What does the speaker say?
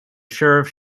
sheriff